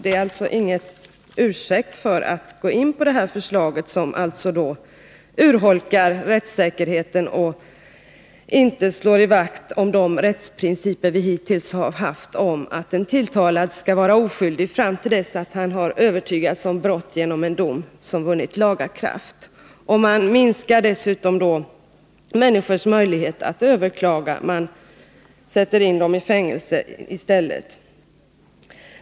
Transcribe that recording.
Det finns alltså ingen ursäkt när det gäller det här förslaget. Det bidrar således till en urholkning av rättssäkerheten. Med förslaget slår man dessutom inte vakt om den rättsprincip som vi hittills har tillämpat, att en tilltalad skall anses vara oskyldig till dess att han överbevisats om brott genom en dom som vunnit laga kraft. Människors möjlighet att överklaga minskas. De hamnar i stället i fängelse.